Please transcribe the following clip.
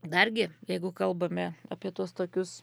dargi jeigu kalbame apie tuos tokius